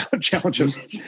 challenges